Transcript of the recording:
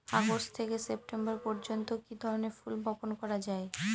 August থেকে September পর্যন্ত কি ধরনের ফুল বপন করা যায়?